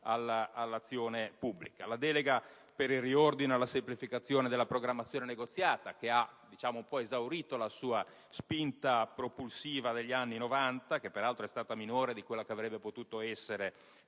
all'azione pubblica. Mi riferisco alla delega per il riordino e la semplificazione della programmazione negoziata, che ha esaurito la sua spinta propulsiva degli anni Novanta e che peraltro è stata minore di quella che avrebbe potuto essere